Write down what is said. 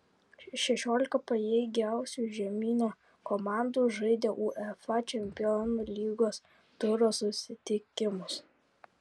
šešiolika pajėgiausių žemyno komandų žaidė uefa čempionų lygos turo susitikimus